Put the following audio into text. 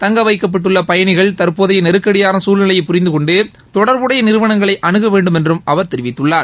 தங்க வைக்கப்பட்டுள்ள பயனிகள் தற்போதைய நெருக்கடியான சூழ்நிலையை புரிந்து கொண்டு தொடர்புடைய நிறுவனங்களை அனுக வேண்டுமென்றும் அவர் தெரிவித்துள்ளார்